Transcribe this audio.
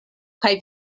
kaj